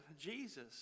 Jesus